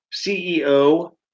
ceo